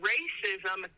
Racism